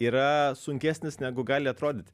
yra sunkesnis negu gali atrodyt